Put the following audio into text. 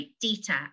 data